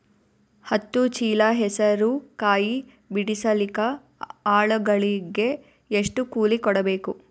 ಹತ್ತು ಚೀಲ ಹೆಸರು ಕಾಯಿ ಬಿಡಸಲಿಕ ಆಳಗಳಿಗೆ ಎಷ್ಟು ಕೂಲಿ ಕೊಡಬೇಕು?